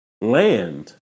land